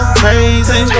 crazy